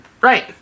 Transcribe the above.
Right